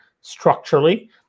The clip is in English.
structurally